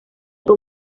como